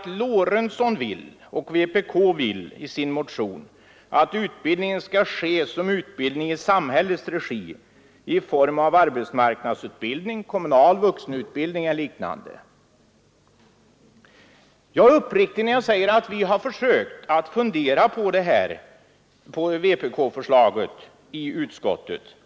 Jo, vi är oense när vpk och herr Lorentzon i sin motion vill att utbildningen skall ske i samhällets regi i form av arbetsmarknadsutbildning, kommunal vuxenutbildning eller liknande. Jag är uppriktig när jag säger att vi i utskottet har funderat på vpk-förslaget.